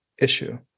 issue